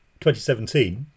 2017